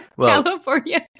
California